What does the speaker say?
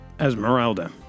Esmeralda